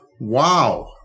wow